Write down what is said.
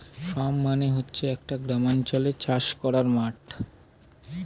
farm মানে হচ্ছে একটা গ্রামাঞ্চলে চাষ করার মাঠ